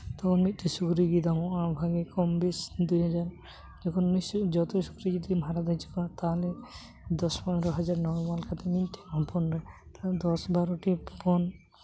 ᱛᱚᱠᱷᱚᱱ ᱢᱤᱫᱴᱮᱱ ᱥᱩᱠᱨᱤ ᱜᱮᱭ ᱫᱟᱢᱚᱜᱼᱟ ᱵᱷᱟᱜᱮ ᱠᱚᱢ ᱵᱤᱥ ᱫᱤᱱ ᱨᱮ ᱡᱚᱛᱚ ᱥᱩᱠᱨᱤ ᱡᱩᱫᱤᱢ ᱦᱟᱨᱟ ᱦᱚᱪᱚ ᱟᱠᱚᱣᱟ ᱛᱟᱦᱚᱞᱮ ᱫᱚᱥ ᱯᱚᱱᱨᱚ ᱦᱟᱡᱟᱨ ᱢᱤᱫᱴᱮᱱ ᱦᱚᱯᱚᱱ ᱨᱮ ᱫᱚᱥ ᱵᱟᱨᱚᱴᱤ ᱦᱚᱯᱚᱱ